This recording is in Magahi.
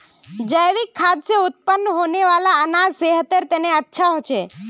जैविक खाद से उत्पन्न होने वाला अनाज सेहतेर तने अच्छा होछे